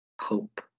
hope